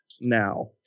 now